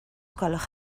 gwelwch